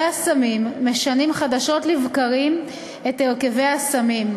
הסמים משנים חדשות לבקרים את הרכבי הסמים,